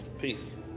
peace